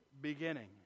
beginning